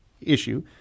issue